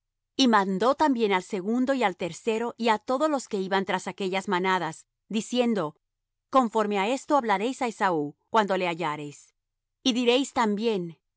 y mandó también al segundo y al tercero y á todos los que iban tras aquellas manadas diciendo conforme á esto hablaréis á esaú cuando le hallareis y diréis también